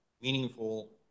meaningful